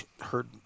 heard